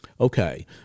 Okay